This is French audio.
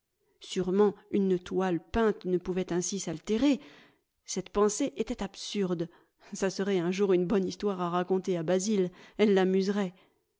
sûrement une toile peinte ne pouvait ainsi saltérer cette pensée était absurde ça serait un jour une bonne histoire à raconter à basil elle l'amuserait